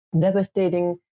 devastating